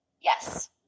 Yes